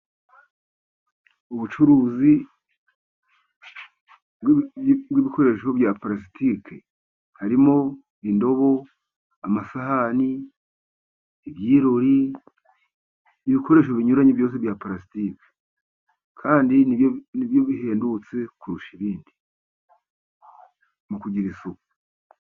Ubucuruzi bw'ibikoresho bya parasitiki harimo indobo, amasahani, ibyirori, ibikoresho binyuranye byose bya parasitiki. Kandi ni byo bihendutse kurusha ibindi mu kugira isuku.